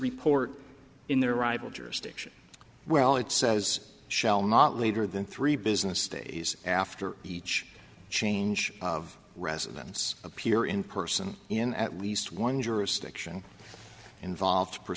report in their arrival jurisdiction well it says shall not later than three business days after each change of residence appear in person in at least one jurisdiction involved